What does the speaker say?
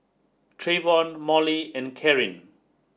Trayvon Mollie and Karyn